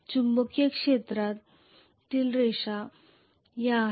चुंबकीय क्षेत्रातील रेषा या आहेत